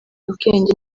ubwenge